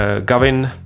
Gavin